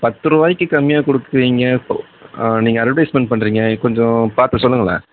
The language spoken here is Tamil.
பத்துரூபாய்க்கு கம்மியாக கொடுப்பீங்க இப்போது நீங்கள் அட்வர்டைஸ்மெண்ட் பண்ணுறீங்க கொஞ்சம் பார்த்து சொல்லுங்களேன்